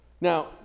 now